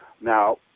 Now